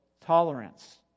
tolerance